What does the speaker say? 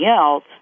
else